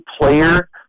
player